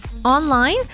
online